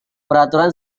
peraturan